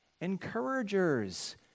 encouragers